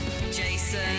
Jason